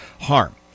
harm